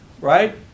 right